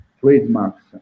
trademarks